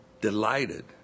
delighted